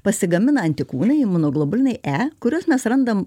pasigamina antikūnai imunoglobulinai e kuriuos mes randam